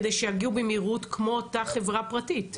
כדי שיגיעו במהירות כמו אותה חברה פרטית,